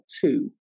two